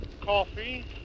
coffee